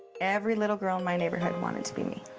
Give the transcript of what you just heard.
every little girl in my neighborhood wanted to be me.